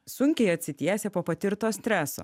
sunkiai atsitiesia po patirto streso